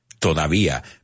todavía